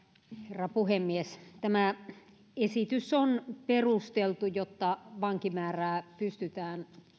herra puhemies tämä esitys on perusteltu jotta vankimäärää pystytään